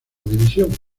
división